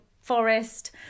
forest